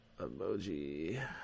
emoji